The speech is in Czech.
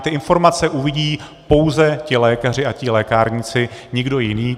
Ty informace uvidí pouze ti lékaři a ti lékárníci, nikdo jiný.